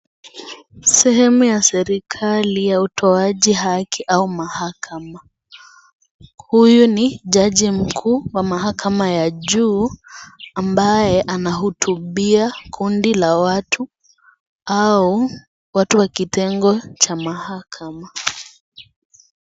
Sehemu ya serikali ya utoaji haki au mahakama, huyu ni jaji mkuu wa mahakama ya juu ambaye anahutubia kundi la watu, au watu wa kitengo cha mahakama.